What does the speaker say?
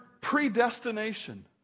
predestination